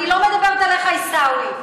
אני לא מדברת עליך, עיסאווי.